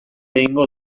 egingo